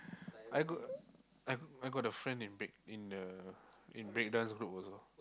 I got I've I've got a friend in break in the in breakdance group also